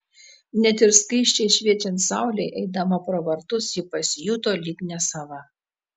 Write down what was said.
net ir skaisčiai šviečiant saulei eidama pro vartus ji pasijuto lyg nesava